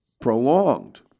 prolonged